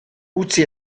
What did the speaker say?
utzi